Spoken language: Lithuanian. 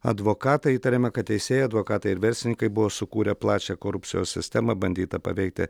advokatai įtariama kad teisėjai advokatai ir verslininkai buvo sukūrę plačią korupcijos sistemą bandyta paveikti